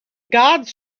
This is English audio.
gods